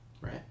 right